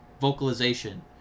vocalization